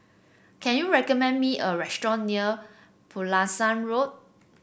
can you recommend me a restaurant near Pulasan Road